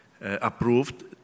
approved